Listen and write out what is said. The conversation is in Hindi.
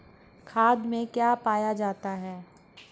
खाद में क्या पाया जाता है?